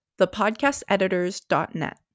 thepodcasteditors.net